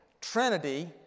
trinity